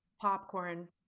Popcorn